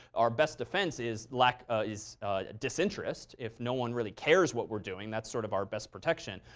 our best defense is like ah is disinterest. if no one really cares what we're doing, that sort of our best protection.